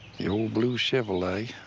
the old blue chevrolet.